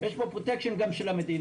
יש פה פרוטקשן גם של המדינה.